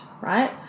right